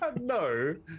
No